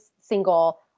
single